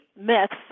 myths